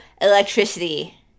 electricity